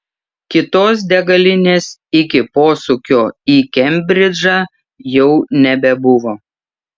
kitos degalinės iki posūkio į kembridžą jau nebebuvo